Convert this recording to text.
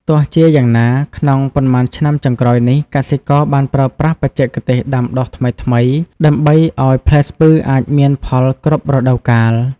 ទោះជាយ៉ាងណា ក្នុងប៉ុន្មានឆ្នាំចុងក្រោយនេះ កសិករបានប្រើប្រាស់បច្ចេកទេសដាំដុះថ្មីៗដើម្បីឱ្យផ្លែស្ពឺអាចមានផលគ្រប់រដូវកាល។